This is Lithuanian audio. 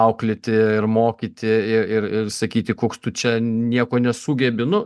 auklėti ir mokyti ir ir ir sakyti koks tu čia nieko nesugebi nu